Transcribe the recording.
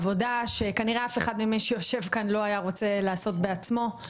עבודה שכנראה אף אחד ממי שיושב כאן לא היה רוצה לעשות בעצמו.